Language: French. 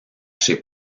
chez